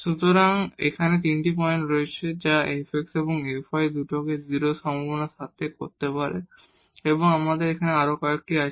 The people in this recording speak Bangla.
সুতরাং এখানে তিনটি পয়েন্ট রয়েছে যা এই fx এবং fy দুটোকে 0 সম্ভাবনার সাথে করতে পারে এবং এখন আমাদের আরেকটি আছে